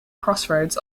crossroads